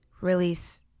release